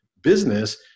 business